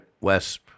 Wes